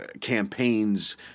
campaigns